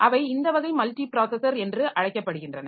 அவை இந்த வகை மல்டி ப்ராஸஸர் என்று அழைக்கப்படுகின்றன